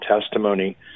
testimony